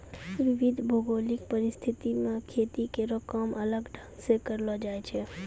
विविध भौगोलिक परिस्थिति म खेती केरो काम अलग ढंग सें करलो जाय छै